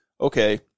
okay